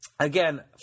Again